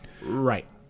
Right